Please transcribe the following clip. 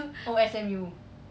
oh S_M_U